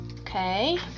Okay